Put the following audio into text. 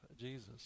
Jesus